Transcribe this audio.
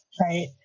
right